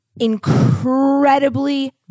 incredibly